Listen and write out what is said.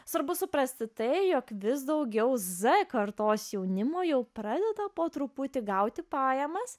svarbu suprasti tai jog vis daugiau z kartos jaunimo jau pradeda po truputį gauti pajamas